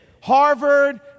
Harvard